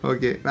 Okay